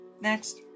Next